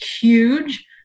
huge